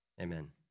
Amen